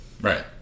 Right